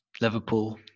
Liverpool